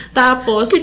tapos